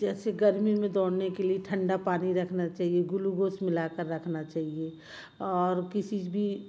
जैसे गर्मी में दौड़ने के लिए ठण्डा पानी रखना चाहिए गुलुगोस मिला कर रखना चाहिए और किसी भी